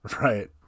Right